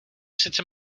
sice